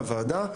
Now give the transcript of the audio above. לוועדה,